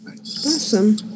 awesome